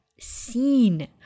seen